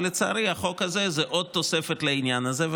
והחוק הזה הוא עוד תוספת לעניין הזה.